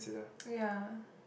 ya